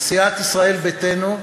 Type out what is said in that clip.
סיעת ישראל ביתנו,